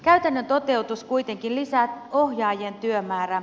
käytännön toteutus kuitenkin lisää ohjaajien työmäärää